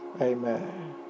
Amen